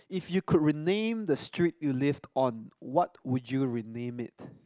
if you could rename the street you lived on what would you rename it